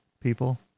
people